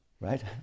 right